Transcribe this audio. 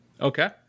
Okay